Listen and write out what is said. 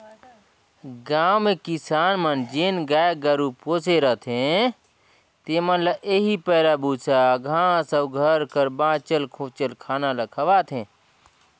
गाँव में किसान मन जेन गाय गरू पोसे रहथें तेमन ल एही पैरा, बूसा, घांस अउ घर कर बांचल खोंचल खाना ल खवाथें